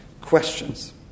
questions